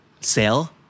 Sell